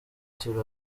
turi